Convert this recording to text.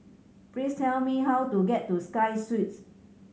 please tell me how to get to Sky Suites